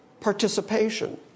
participation